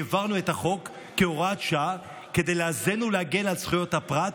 העברנו את החוק כהוראת שעה כדי לאזן ולהגן על זכויות הפרט,